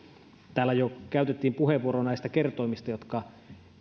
täällä jo käytettiin puheenvuoro näistä kertoimista jotka